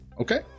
Okay